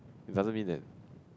it doesn't mean that